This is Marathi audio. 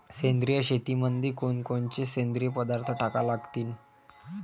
सेंद्रिय शेतीमंदी कोनकोनचे सेंद्रिय पदार्थ टाका लागतीन?